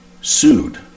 sued